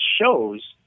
shows